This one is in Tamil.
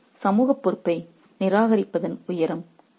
இது சமூக பொறுப்பை நிராகரிப்பதன் உயரம்